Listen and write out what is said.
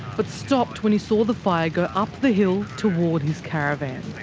but stopped when he saw the fire go up the hill, toward his caravan.